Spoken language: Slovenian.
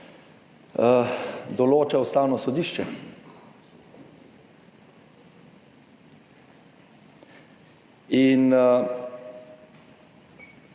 določa Ustavno sodišče. In